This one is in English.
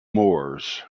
moors